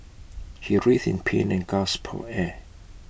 he writhed in pain and gasped for air